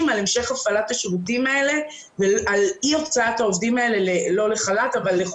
על המשך הפעלת השירותים האלה ועל אי הוצאת העובדים האלה לחופשה.